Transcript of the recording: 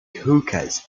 hookahs